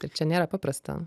ir čia nėra paprasta